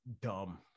dumb